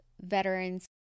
veterans